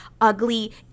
ugly